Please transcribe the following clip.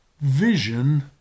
Vision